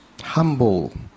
humble